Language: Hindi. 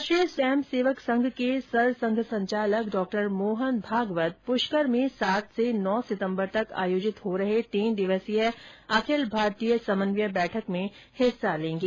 राष्ट्रीय स्वयंसेवक संघ के सरसंघसंचालक डॉ मोहन भागवत पुष्कर में सात से नौ सितंबर तक आयोजित हो रहे तीन दिवसीय अखिल भारतीय समन्वय बैठक में हिस्सा लेंगे